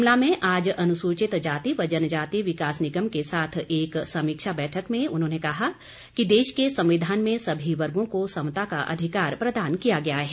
शिमला में आज अनुसूचित जाति व जनजाति विकास निगम के साथ एक समीक्षा बैठक में उन्होंने कहा कि देश के संविधान में सभी वर्गों को समता का अधिकार प्रदान किया गया है